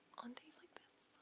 on days like this.